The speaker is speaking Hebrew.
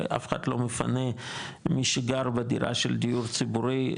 הרי אף אחד לא מפנה מי שגר בדירה של דיור ציבורי,